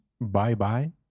Bye-bye